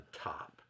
top